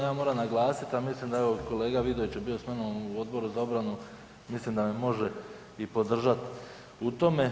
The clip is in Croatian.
Ja moram naglasiti a mislim da je evo kolega Vidović bio sa mnom u Odboru za obranu, mislim da me može i podržati u tome.